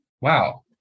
wow